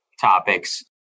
topics